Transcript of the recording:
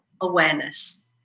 awareness